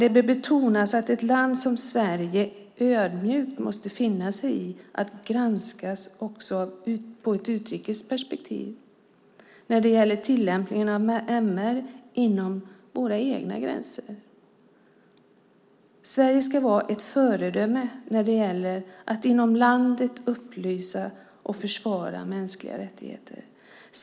Det bör betonas att ett land som Sverige ödmjukt måste finna sig i att granskas också ur ett utrikesperspektiv när det gäller tillämpningen av MR inom våra egna gränser. Sverige ska vara ett föredöme när det gäller att inom landet upplysa om och försvara mänskliga rättigheter.